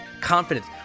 confidence